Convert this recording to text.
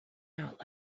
out